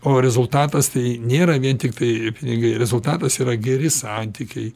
o rezultatas tai nėra vien tiktai pinigai rezultatas yra geri santykiai